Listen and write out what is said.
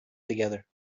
together